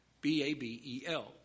B-A-B-E-L